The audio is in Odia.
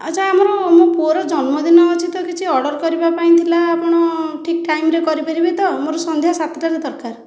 ଆଚ୍ଛା ଆମର ମୋ ପୁଅର ଜନ୍ମଦିନ ଅଛି କିଛି ଅର୍ଡ଼ର କରିବା ପାଇଁ ଥିଲା ଆପଣ ଠିକ ଟାଇମ୍ ରେ କରିପାରିବେ ତ ମୋର ସନ୍ଧ୍ୟା ସାତଟାରେ ଦରକାର